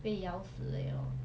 被咬死而已 lor